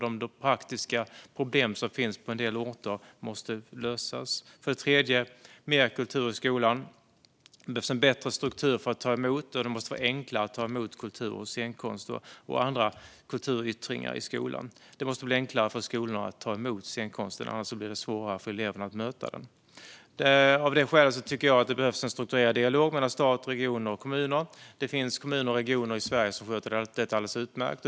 De praktiska problem som finns på en del orter måste lösas. Det ska vara mer kultur i skolan och en bättre struktur för att ta emot. Det måste vara enklare att ta emot kultur och scenkonst och andra kulturyttringar i skolan. Det måste bli enklare för skolorna att ta emot scenkonsten, annars blir det svårare för eleverna att möta den. Av det skälet behövs en strukturerad dialog mellan stat, regioner och kommuner. Det finns kommuner och regioner i Sverige som sköter detta alldeles utmärkt.